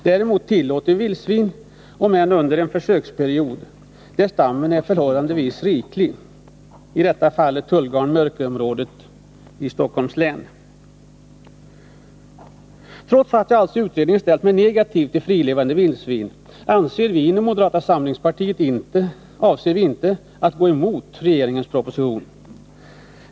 Däremot tillåter vi vildsvin — om än under en försöksperiod — där stammen är förhållandevis riklig, i Tullgarn-Mörkö-området i Stockholms län. Trots att jag alltså i utredningen ställde mig negativ till frigående vildsvin avser vi inom moderata samlingspartiet inte att gå emot regeringens proposition.